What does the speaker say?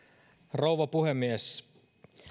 rouva puhemies